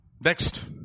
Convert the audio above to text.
Next